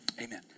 Amen